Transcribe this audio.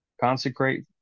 Consecrate